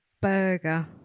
burger